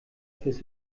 fürs